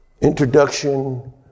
introduction